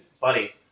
buddy